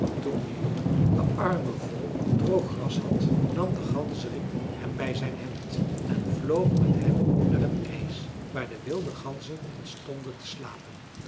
toen de jongen de armen vol droog gras had nam de ganzerik hem bij zijn hemd en vloog met hem naar het ijs waar de wilde ganzen al stonden te slapen